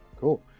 Cool